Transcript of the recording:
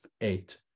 eight